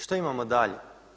Što imamo dalje?